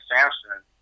Samson